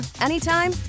anytime